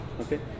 Okay